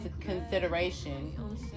consideration